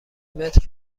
متر